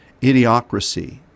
idiocracy